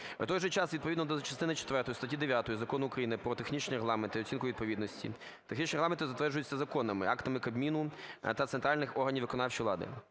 В той же час, відповідно до частини четвертої статті 9 Закону України про технічні регламенти і оцінку відповідності, технічні регламенти затверджуються законами, актами Кабміну та центральних органів виконавчої влади.